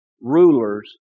rulers